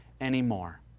anymore